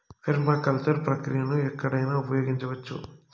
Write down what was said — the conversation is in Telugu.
పెర్మాకల్చర్ ప్రక్రియను ఎక్కడైనా ఉపయోగించవచ్చు